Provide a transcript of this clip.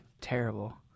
terrible